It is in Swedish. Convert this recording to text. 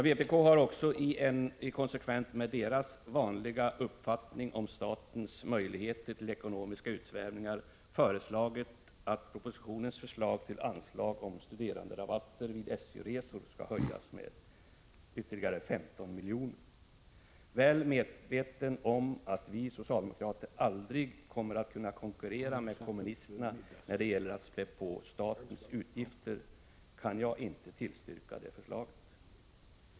Vpk har också, i konsekvens med sin vanliga uppfattning om statens möjligheter till ekonomiska utsvävningar, föreslagit att propositionens förslag till anslag till studeranderabatter vid SJ-resor skall höjas med ytterligare 15 milj.kr. Väl medveten om att vi socialdemokrater aldrig kommer att kunna konkurrera med kommunisterna när det gäller att spä på statens utgifter kan jag inte tillstyrka det förslaget.